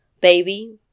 Baby